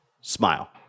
smile